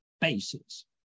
basis